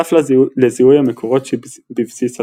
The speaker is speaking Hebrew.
נוסף לזיהוי המקורות שבבסיס התורה,